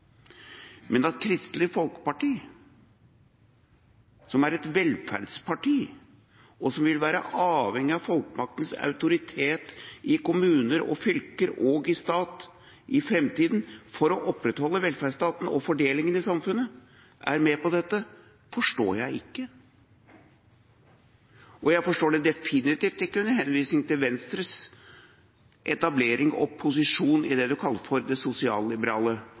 Men at Kristelig Folkeparti, som er et velferdsparti, og som vil være avhengig av folkemaktens autoritet i kommuner, fylker og stat i framtida for å opprettholde velferdsstaten og fordelinga i samfunnet, er med på dette, forstår jeg ikke. Og jeg forstår det definitivt ikke under henvisning til Venstres etablering og posisjon i det man kaller den sosialliberale ideologien. Hvem er det